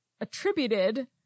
attributed